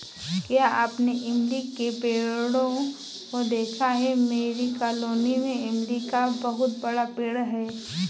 क्या आपने इमली के पेड़ों को देखा है मेरी कॉलोनी में इमली का बहुत बड़ा पेड़ है